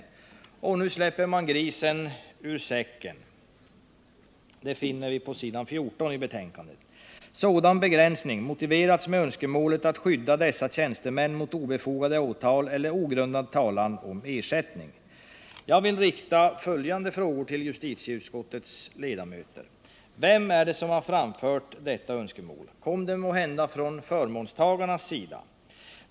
Nu släpps grisen ur säcken — det finner vi på s. 14 i betänkandet, där utskottet konstaterar att ”sådan begränsning --- motiverats med önskemålet att skydda dessa tjänstemän mot obefogade åtal eller ogrundad talan om ersättning”. Vem är det som har framfört detta önskemål? Kom det måhända från förmånstagarnas sida?